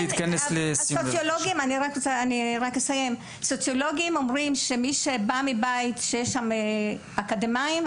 סוציולוגים אומרים שאדם שמגיע מבית עם הורים אקדמאים,